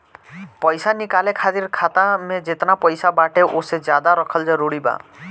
पईसा निकाले खातिर खाता मे जेतना पईसा बाटे ओसे ज्यादा रखल जरूरी बा?